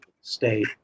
state